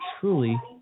truly